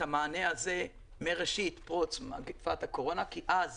המענה הזה מראשית פרוץ מגפת הקורונה כי אז